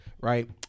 right